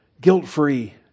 guilt-free